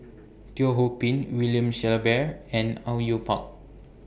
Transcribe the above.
Teo Ho Pin William Shellabear and Au Yue Pak